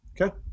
Okay